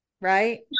right